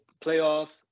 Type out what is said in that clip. playoffs